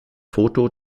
foto